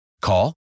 Call